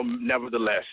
nevertheless